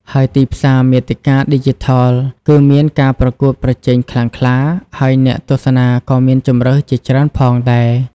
ហើយទីផ្សារមាតិកាឌីជីថលគឺមានការប្រកួតប្រជែងខ្លាំងក្លា ហើយអ្នកទស្សនាក៏មានជម្រើសជាច្រើនផងដែរ។